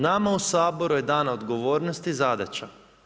Nama u Saboru je dana odgovornost i zadaća.